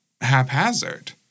haphazard